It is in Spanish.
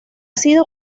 sido